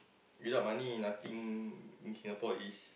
without money nothing in Singapore is